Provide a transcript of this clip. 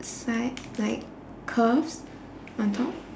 side like curves on top